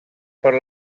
per